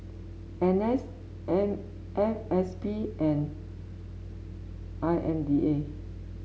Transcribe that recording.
N S M F S P and I M D A